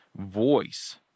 voice